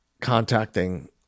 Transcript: contacting